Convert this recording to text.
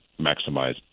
maximize